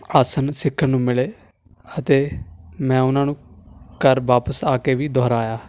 ਆਸਣ ਸਿੱਖਣ ਨੂੰ ਮਿਲੇ ਅਤੇ ਮੈਂ ਉਹਨਾਂ ਨੂੰ ਘਰ ਵਾਪਿਸ ਆ ਕੇ ਵੀ ਦੁਹਰਾਇਆ